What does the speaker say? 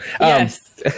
Yes